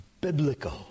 biblical